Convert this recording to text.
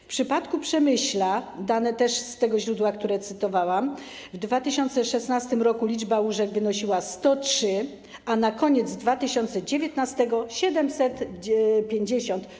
W przypadku Przemyśla - dane też z tego źródła, które cytowałam - w 2016 r. liczba łóżek wynosiła 103, a na koniec 2019 r. 750.